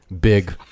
big